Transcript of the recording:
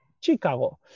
Chicago